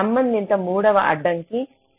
సంబంధిత మూడవ అడ్డంకి స్లాక్